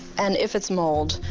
and if it's mold,